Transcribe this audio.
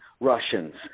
Russians